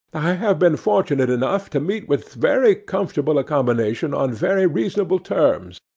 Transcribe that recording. i have been fortunate enough to meet with very comfortable accommodation on very reasonable terms,